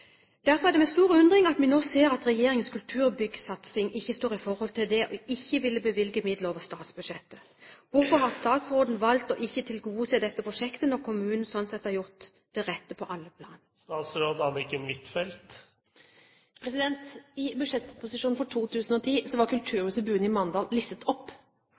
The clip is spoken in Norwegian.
Derfor er det med stor undring at vi nå ser at regjeringens kulturbyggsatsing ikke står i forhold til det å ikke ville bevilge midler over statsbudsjettet. Hvorfor har statsråden valgt å ikke tilgodese dette prosjektet, når kommunen har gjort det rette på alle plan?» I budsjettproposisjonen for 2010 var kulturhuset Buen i Mandal listet opp